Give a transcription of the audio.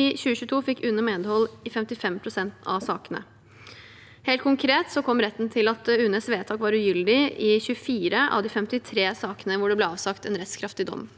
I 2022 fikk UNE medhold i 55 pst. av sakene. Helt konkret kom retten til at UNEs vedtak var ugyldig i 24 av de 53 sakene hvor det ble avsagt en rettskraftig dom.